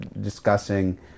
discussing